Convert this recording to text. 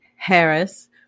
Harris